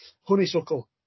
honeysuckle